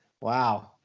Wow